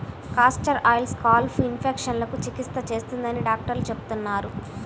castor oil scalp ఇన్ఫెక్షన్లకు చికిత్స చేస్తుందని డాక్టర్లు చెబుతున్నారు